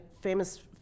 famous